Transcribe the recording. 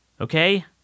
Okay